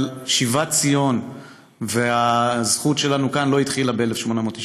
אבל שיבת ציון והזכות שלנו כאן לא התחילו ב-1897,